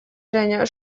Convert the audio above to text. женя